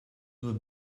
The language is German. nur